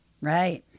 Right